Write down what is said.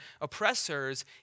oppressors